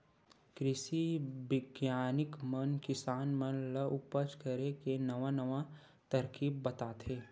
कृषि बिग्यानिक मन किसान मन ल उपज करे के नवा नवा तरकीब बताथे